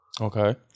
Okay